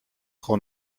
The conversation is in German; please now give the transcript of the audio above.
frau